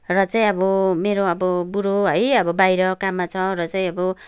र चाहिँ अब मेरो अब बुढो है अब बाहिर काममा छ र चाहिँ अब